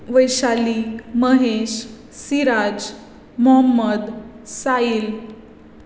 Vaishali Mahesh Siraj Muhammad Sahil